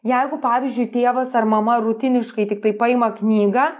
jeigu pavyzdžiui tėvas ar mama rutiniškai tiktai paima knygą